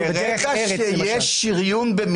בית המשפט כן אמר שזה --- ברגע שיש שריון במספר,